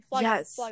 Yes